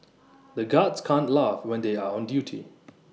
the guards can't laugh when they are on duty